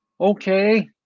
okay